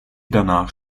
danach